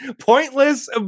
pointless